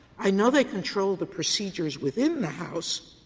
i know they control the procedures within the house,